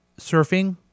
surfing